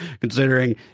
considering